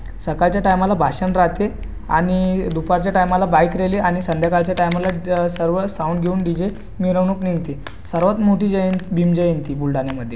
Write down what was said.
सकाळच्या टायमाला भाषण राहते आणि दुपारच्या टायमाला बाईक रेली आणि संध्याकाळच्या टायमाला सर्व साऊंड गिऊंड डी जे मिरवणूक निघते सर्वांत मोठी जयं भीम जयंती बुलढाण्यामधे